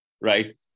right